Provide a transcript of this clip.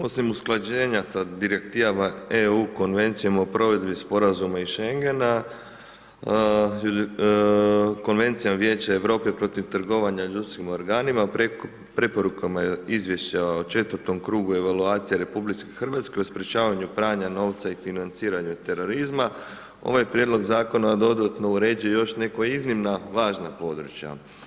Osim usklađenja sa direktivama EU Konvencijom o provedbi sporazuma i Schengena, Konvencijom Vijeća Europe protiv trgovanja ljudskim organima, preporukama izvješća o četvrtom krugu evaluacija RH, sprječavanju pranja novca i financiranju terorizma, ovaj prijedlog zakona dodatno uređuje još neka iznimno važna područja.